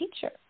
teacher